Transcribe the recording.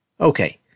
Okay